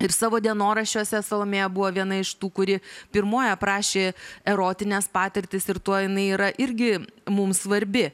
ir savo dienoraščiuose salomėja buvo viena iš tų kuri pirmoji aprašė erotines patirtis ir tuo jinai yra irgi mums svarbi